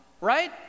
right